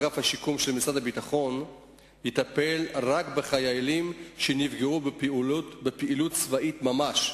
אגף השיקום של משרד הביטחון יטפל רק בחיילים שנפגעו בפעילות צבאית ממש,